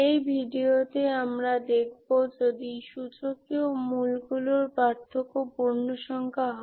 এই ভিডিওতে আমরা দেখব যদি সূচকীয় রুট গুলির পার্থক্য পূর্ণসংখ্যা হয়